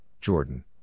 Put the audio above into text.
Jordan